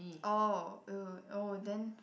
oh !eww! oh then